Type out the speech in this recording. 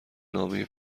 نامه